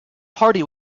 party